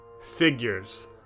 figures